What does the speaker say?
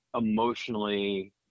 emotionally